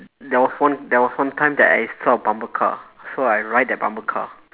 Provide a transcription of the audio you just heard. there was one there was one time that I saw a bumper car so I ride that bumper car